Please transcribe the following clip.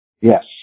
Yes